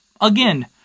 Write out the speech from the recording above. again